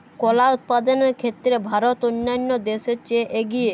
কলা উৎপাদনের ক্ষেত্রে ভারত অন্যান্য দেশের চেয়ে এগিয়ে